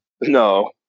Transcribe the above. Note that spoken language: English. No